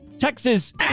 Texas